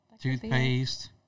toothpaste